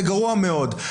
זה גרוע מאוד,